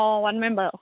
অঁ ৱাৰ্ড মেম্বাৰৰ